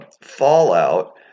fallout